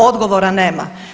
Odgovora nema.